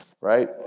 right